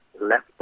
Left